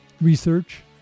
research